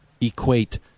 equate